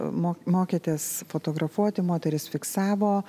mo mokėtės fotografuoti moterys fiksavo